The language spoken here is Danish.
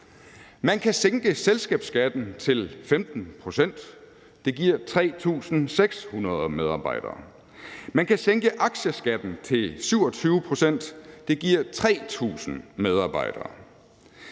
Man kan sænke selskabsskatten til 15 pct., og det giver 3.600 medarbejdere. Man kan sænke aktieskatten til 27 pct., og det giver 3.000 medarbejdere.